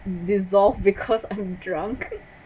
dissolve because I'm drunk